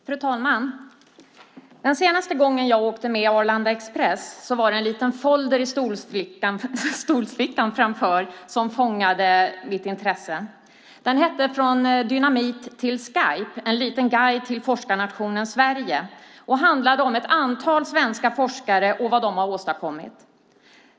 Fru talman! Den senaste gången jag åkte med Arlanda Express fanns en liten folder i stolsfickan framför som fångade mitt intresse. Den hette Från dynamit till Skype - en liten guide till forskarnationen Sverige och handlade om ett antal svenska forskare och vad de har åstadkommit.